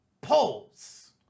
polls